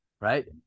Right